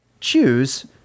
choose